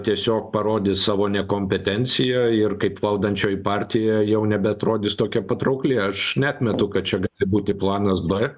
tiesiog parodė savo nekompetenciją ir kaip valdančioji partija jau nebeatrodys tokia patraukli aš neatmetu kad čia gali būti planas b